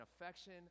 affection